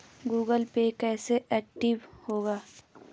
Google pay कैसे active होगा?